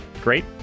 Great